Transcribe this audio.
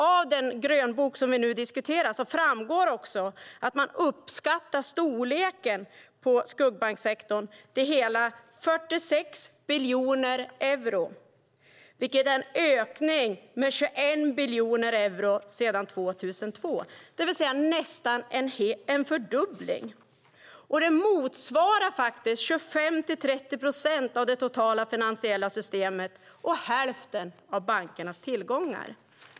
Av den grönbok som vi nu diskuterar framgår att man uppskattar storleken på skuggbanksektorn till hela 46 biljoner euro, vilket är en ökning med 21 biljoner euro sedan 2002, det vill säga nästan en fördubbling. Det motsvarar 25-30 procent av det totala finansiella systemet och hälften av bankernas tillgångar.